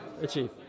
achieve